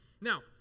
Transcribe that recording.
Now